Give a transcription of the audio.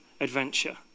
adventure